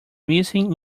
missing